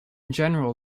general